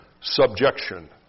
subjection